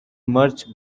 much